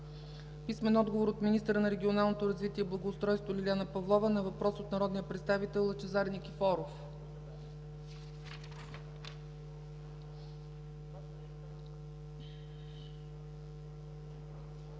Костадин Маков; - министъра на регионалното развитие и благоустройството Лиляна Павлова на въпрос от народния представител Лъчезар Никифоров.